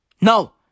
No